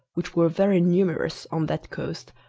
which were very numerous on that coast,